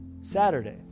Saturday